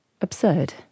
Absurd